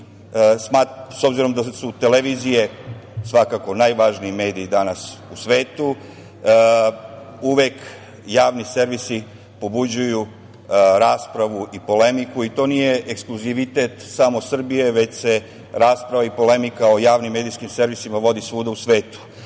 S obzirom da su televizije svakako najvažniji medij danas u svetu, uvek javni servisi pobuđuju raspravu i polemiku i to nije ekskluzivitet samo Srbije, već se rasprava i polemika o javnim medijskim servisima vodi svuda u svetu,